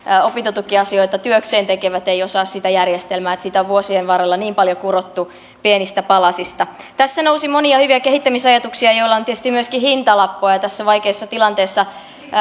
opintotukiasioita työkseen tekevät eivät osaa sitä järjestelmää että sitä on vuosien varrella niin paljon kurottu pienistä palasista tässä nousi monia hyviä kehittämisajatuksia joilla on tietysti myöskin hintalappu ja ja tässä vaikeassa tilanteessa